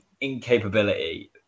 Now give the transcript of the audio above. incapability